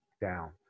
down